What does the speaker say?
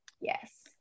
Yes